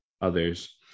others